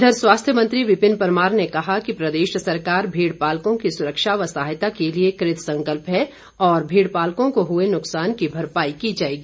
इधर स्वास्थ्य मंत्री विपिन परमार ने कहा कि प्रदेश सरकार भेड पालकों की सुरक्षा व सहायता के लिए कृतसंकल्प है और भेड पालकों को हुए नुकसान की भरपाई की जाएगी